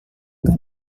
kan